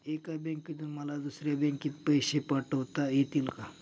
एका बँकेतून मला दुसऱ्या बँकेत पैसे पाठवता येतील का?